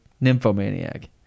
nymphomaniac